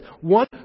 One